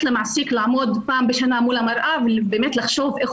למעסיק לעמוד פעם בשנה מול המראה ובאמת לחשוב איך